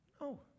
No